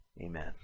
Amen